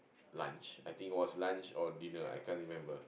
lunch I think it was lunch or dinner I can't remember